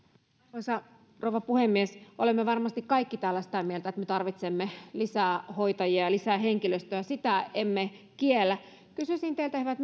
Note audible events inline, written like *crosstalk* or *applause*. arvoisa rouva puhemies olemme varmasti kaikki täällä sitä mieltä että me tarvitsemme lisää hoitajia ja lisää henkilöstöä sitä emme kiellä kysyisin teiltä hyvät *unintelligible*